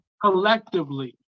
collectively